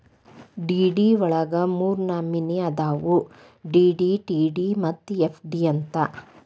DD ವಳಗ ಮೂರ್ನಮ್ನಿ ಅದಾವು ಡಿ.ಡಿ, ಟಿ.ಡಿ ಮತ್ತ ಎಫ್.ಡಿ ಅಂತ್